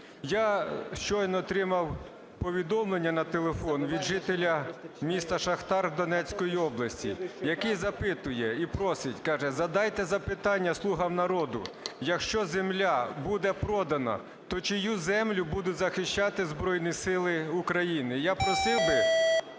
Я щойно отримав повідомлення на телефон від жителя міста Шахтар Донецької області, який запитує і просить, каже: "Задайте запитання "слугам народу": якщо земля буде продана, то чию землю будуть захищати Збройні Сили України". І я просив би